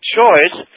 choice